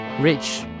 Rich